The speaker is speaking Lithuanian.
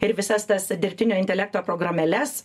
ir visas tas dirbtinio intelekto programėles